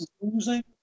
losing